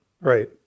Right